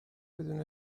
بدون